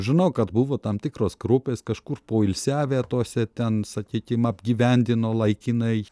žinau kad buvo tam tikros grupės kažkur poilsiavę tose ten sakykim apgyvendino laikinai